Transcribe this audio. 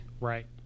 Right